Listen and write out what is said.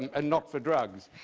and not for drugs.